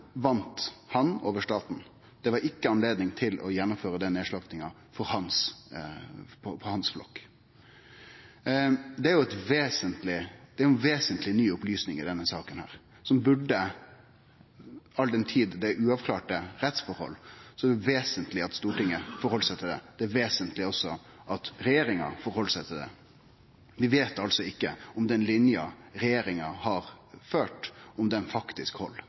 han over staten. Det blei ikkje anledning til å gjennomføre nedslakting i hans flokk. Det er ei vesentleg ny opplysing i denne saka, og all den tid det er uavklarte rettsforhold, er det vesentleg at Stortinget merkar seg det. Det er vesentleg at også regjeringa merkar seg det. Vi veit altså ikkje om den linja regjeringa har ført, faktisk held i retten. Så langt har tingretten vore klar på at staten ikkje hadde anledning til å gjere det. Det betyr at den